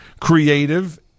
creative